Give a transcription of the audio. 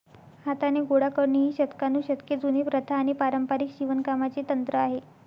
हाताने गोळा करणे ही शतकानुशतके जुनी प्रथा आणि पारंपारिक शिवणकामाचे तंत्र आहे